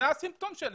זה הסימפטום.